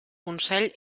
consell